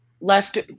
left